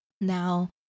Now